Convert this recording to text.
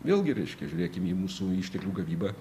vėlgi reiškia žiūrėkim į mūsų išteklių gavybą